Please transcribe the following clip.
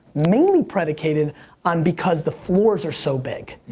mainly predicated on, because the floors are so big.